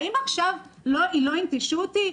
האם עכשיו לא יינטשו אותי,